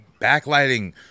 Backlighting